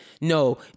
No